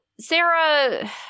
Sarah